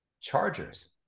chargers